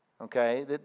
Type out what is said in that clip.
Okay